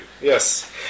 Yes